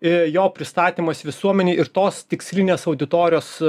ir jo pristatymas visuomenei ir tos tikslinės auditorijos